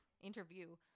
interview